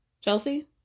Chelsea